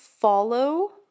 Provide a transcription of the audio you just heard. follow